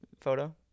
photo